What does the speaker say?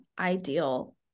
ideal